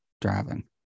driving